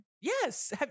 Yes